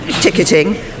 ticketing